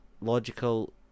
Logical